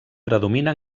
predomina